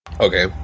Okay